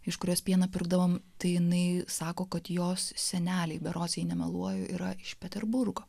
iš kurios pieną pirkdavome tai jinai sako kad jos seneliai berods jei nemeluoju yra iš peterburgo